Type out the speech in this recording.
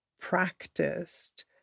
practiced